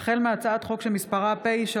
החל בהצעת חוק פ/3556